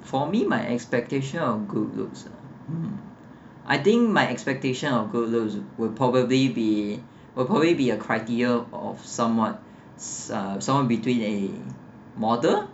for me my expectation of good looks ah hmm I think my expectation of good looks will probably be will probably be a criteria of somewhat somewhere between a model